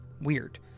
weird